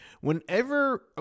Whenever